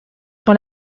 sur